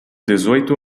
dezoito